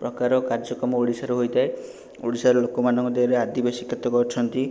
ପ୍ରକାର କାର୍ଯ୍ୟକ୍ରମ ଓଡ଼ିଶାରେ ହୋଇଥାଏ ଓଡ଼ିଶା ଲୋକଙ୍କ ମଧ୍ୟରେ ଆଦିବାସୀ କେତେକ ଅଛନ୍ତି